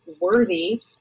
worthy